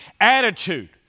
attitude